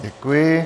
Děkuji.